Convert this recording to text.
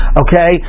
okay